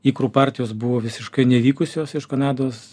ikrų partijos buvo visiškai nevykusios iš kanados